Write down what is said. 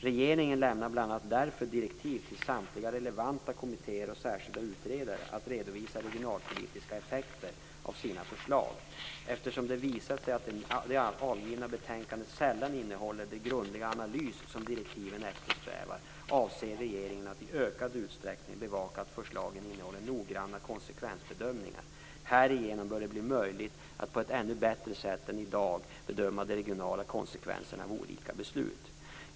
Regeringen lämnar bl.a. därför direktiv till samtliga relevanta kommittéer och särskilda utredare att redovisa regionalpolitiska effekter av sina förslag. Eftersom det visat sig att de avgivna betänkandena sällan innehåller den grundliga analys som direktiven eftersträvar, avser regeringen att i ökad utsträckning bevaka att förslagen innehåller noggranna konsekvensbedömningar. Härigenom bör det bli möjligt att på ett ännu bättre sätt än i dag bedöma de regionala konsekvenserna av olika beslut.